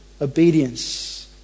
obedience